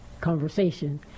conversation